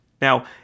Now